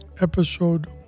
episode